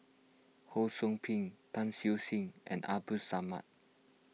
Ho Sou Ping Tan Siew Sin and Abdul Samad